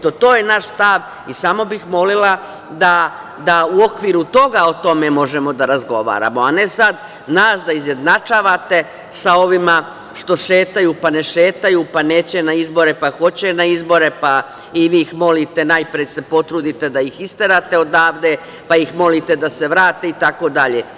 To je naš stav i samo bih molila da u okviru toga o tome možemo da razgovaramo, a ne sad nas da izjednačavate sa ovima što šetaju pa ne šetaju, pa neće na izbore, pa hoće na izbore, i vi ih molite najpre se potrudite da ih isterate odavde, pa ih molite da se vrate itd.